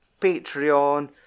Patreon